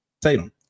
Tatum